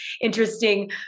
interesting